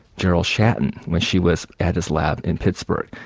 gerald schatten, when she was at his lab in pittsburgh.